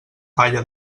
palla